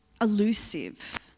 elusive